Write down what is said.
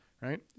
right